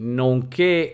nonché